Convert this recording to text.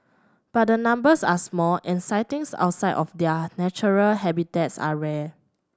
but the numbers are small and sightings outside of their natural habitats are rare